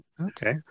okay